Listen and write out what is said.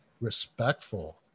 respectful